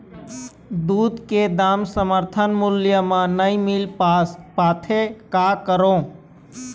दूध के दाम समर्थन मूल्य म नई मील पास पाथे, का करों?